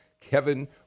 Kevin